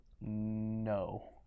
No